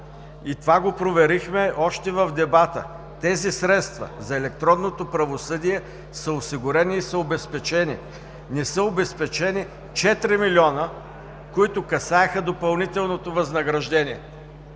Това го проверихме още в дебата. Тези средства за електронното правосъдие са осигурени и са обезпечени. Не са обезпечени 4 милиона, които касаеха допълнителното възнаграждение,